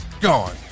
gone